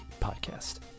podcast